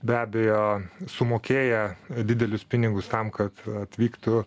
be abejo sumokėję didelius pinigus tam kad atvyktų